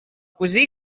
cosí